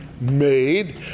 made